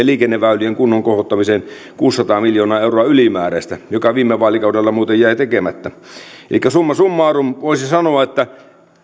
liikenneväylien kunnon kohottamiseen kuusisataa miljoonaa euroa ylimääräistä mikä viime vaalikaudella muuten jäi tekemättä elikkä summa summarum voisi sanoa että